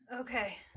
Okay